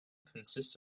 consists